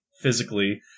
physically